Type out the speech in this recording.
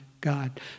God